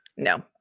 No